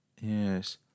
Yes